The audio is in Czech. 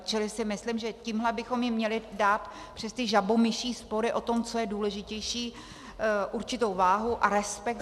Čili si myslím, že tímhle bychom jim měli dát přes ty žabomyší spory o tom, co je důležitější, určitou váhu a respekt.